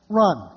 run